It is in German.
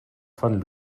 von